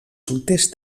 solters